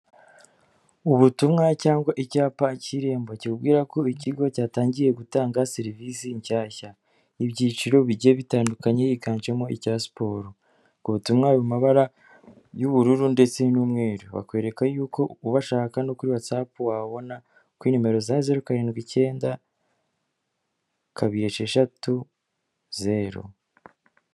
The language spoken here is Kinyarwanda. Ubutumwa cyangwa icyapa cy'irembo kibwira ko ikigo cyatangiye gutanga serivisi nshyashya ibyiciro bigiye bitandukanye higanjemo icya siporo ku butumwa mu mabara y'ubururu ndetse n'umweru bakwereka yuko ubashaka no kuri watsapu(whatsapp) wabona kuri nimero za zeru karindwi icyenda kabiri sheshatu zeru.